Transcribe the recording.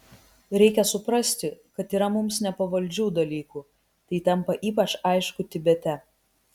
reikia suprasti kad yra mums nepavaldžių dalykų tai tampa ypač aišku tibete